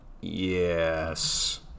Yes